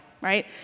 right